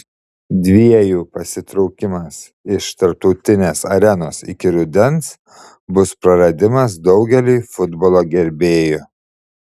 dviejų pasitraukimas iš tarptautinės arenos iki rudens bus praradimas daugeliui futbolo gerbėjų